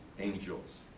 Angels